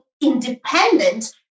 independent